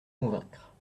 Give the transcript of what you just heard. convaincre